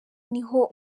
niho